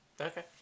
Okay